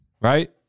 right